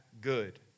good